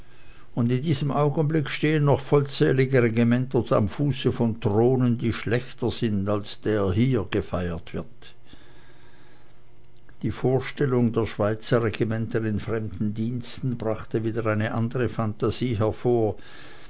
und in diesem augenblicke stehen noch vollzählige regimenter am fuße von thronen die schlechter sind als der hier gefeiert wird die vorstellung der schweizerregimenter in fremden diensten brachte wieder eine andere phantasie hervor